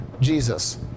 Jesus